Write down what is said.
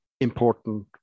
important